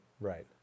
Right